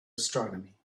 astronomy